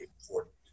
important